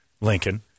Lincoln